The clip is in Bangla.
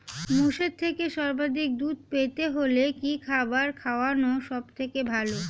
মোষের থেকে সর্বাধিক দুধ পেতে হলে কি খাবার খাওয়ানো সবথেকে ভালো?